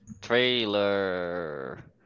trailer